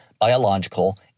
biological